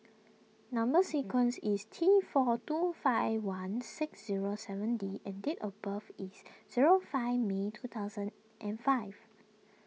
Number Sequence is T four two five one six zero seven D and date of birth is zero five May two thousand and five